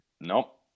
Nope